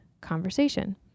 conversation